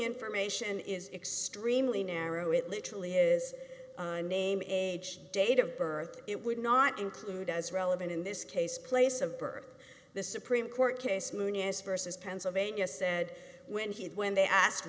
information is extremely narrow it literally is name age date of birth it would not include as relevant in this case place of birth the supreme court case munoz versus pennsylvania said when he when they asked